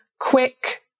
quick